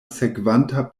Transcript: sekvanta